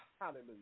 hallelujah